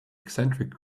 eccentric